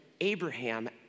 Abraham